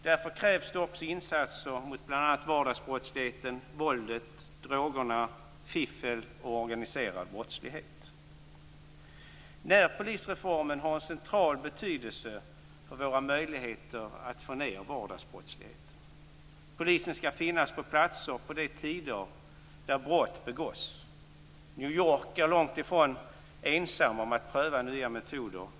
Därför krävs det också insatser mot bl.a. vardagsbrottsligheten, våldet, drogerna, fiffel och organiserad brottslighet. Närpolisreformen har en central betydelse för våra möjligheter att få ned vardagsbrottsligheten. Polisen skall finnas på de platser och de tider där brott begås. New York är långt ifrån ensamma om att pröva nya metoder.